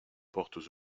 portes